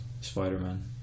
Spider-Man